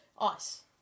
Ice